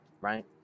Right